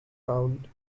found